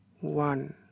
one